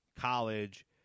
college